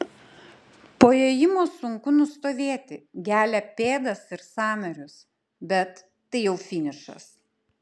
po ėjimo sunku nustovėti gelia pėdas ir sąnarius bet tai jau finišas